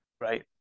Right